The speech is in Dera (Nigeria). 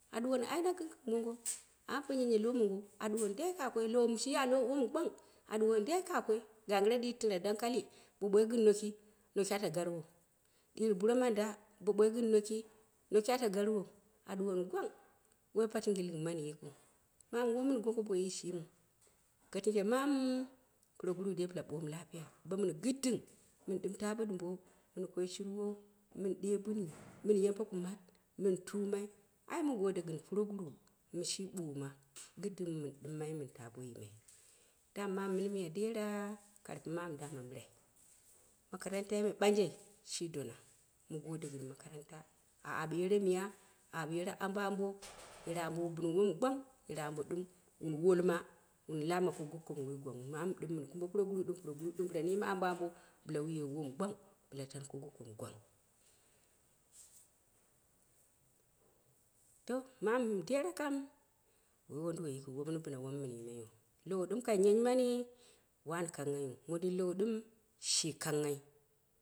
A ɗuwoni mum shi nyanya lowo mongo a duwoni dai ka koi. Lowo mɨ shi ya wom gwang a ɗuwoni dai ka koi ganggire ɗuitira dankali bo ɓo gɨn noki ata garwo ɗɨuru buromanda gɨn noki, noki ata garwo, a duwoni gwang woi batingɨling mani yikiu. Mamu woi mɨn buke ɓoyi shimiu. Gatinje mamu purogura dai bila ɓomu lafiya, bo mɨn gidding mɨn ɗɨm ta bo dambo mɨn koi shirwo, mɨn ɗeebuni, mɨn yambe kumat min tumai ai mɨ gode gɨn puroguru mi shi ɓooma gɨddɨng mɨ mɨn ɗɨmmai mɨn ta bo yimma. Dama mamu mini miya. Dera karfi mamu dama mirai, makarantai me ɓangje dona mu gode gɨn makaranta a aɓe yere miya, a aɓe yere ambo ambo yere ambo wu bɨn wom gwang yere ambo ɗɨm wun wolma, wun lama ko goko mɨ woi gwang hu. Mamu ɗɨm mɨn kumbe puroguro, puroguru ɗɨm bɨla niime ambo ambo bɨla wu ye wom gwang bɨla tani ko goko mɨ gwang. To mamu dera kan woi wunduwoi yikiu woi min bina wom mɨn yimaiu. Low ɗɨm kai nyanyimani wani kanghaiu, mondin low ɗɨm shi kanghai